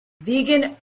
vegan